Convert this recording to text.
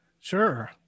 Sure